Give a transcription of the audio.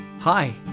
Hi